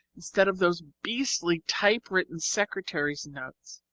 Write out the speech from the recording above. instead of those beastly typewritten secretary's notes.